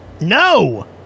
No